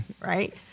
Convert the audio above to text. right